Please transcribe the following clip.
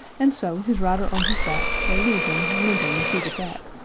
and so, his rider on his back, they lead him, limping, to the track,